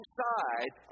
side